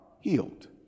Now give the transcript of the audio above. healed